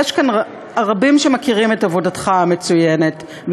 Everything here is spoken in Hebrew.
יש כאן רבים שמכירים את עבודתך המצוינת,